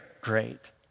great